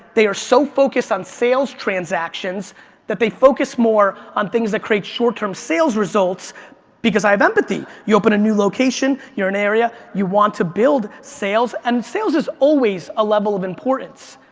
they are so focused on sales transactions that they focus more on things that create short-term sales results because i have empathy. you open a new location, you're in an area, you want to build sales, and sales is always a level of importance.